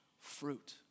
fruit